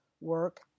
work